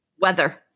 Weather